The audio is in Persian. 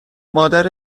مادر